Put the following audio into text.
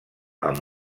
amb